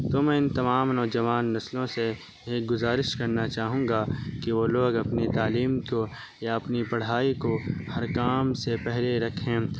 تو میں ان تمام نوجوان نسلوں سے ایک گزارش کرنا چاہوں گا کہ وہ لوگ اپنی تعلیم تو یا اپنی پڑھائی کو ہر کام سے پہلے رکھیں